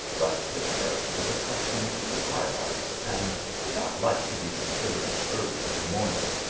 but the parrot was accustomed to high life, and did not like to be disturbed early in the morning.